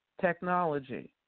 technology